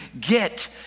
get